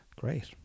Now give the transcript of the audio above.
great